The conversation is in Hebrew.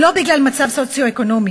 ולא בגלל מצב סוציו-אקונומי,